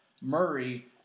Murray